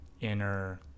inner